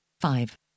five